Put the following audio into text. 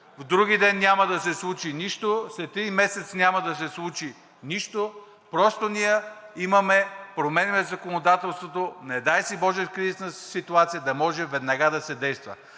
вдругиден няма да се случи нищо, след три месеца няма да се случи нищо, просто ние променяме законодателството, не дай си боже, в кризисна ситуация да може веднага да се действа.